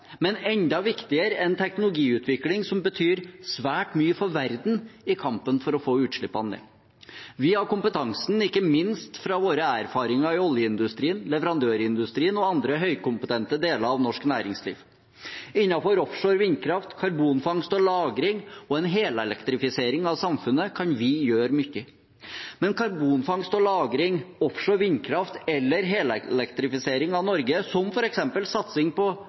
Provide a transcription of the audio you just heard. men enda viktigere er en teknologiutvikling som betyr svært mye for verden i kampen for å få utslippene ned. Vi har kompetansen, ikke minst fra våre erfaringer fra oljeindustrien, leverandørindustrien og andre høykompetente deler av norsk næringsliv. Innenfor offshore vindkraft, karbonfangst og -lagring og en helelektrifisering av samfunnet kan vi gjøre mye. Men karbonfangst og -lagring, offshore vindkraft og helelektrifisering av Norge, som f.eks. satsing på